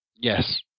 yes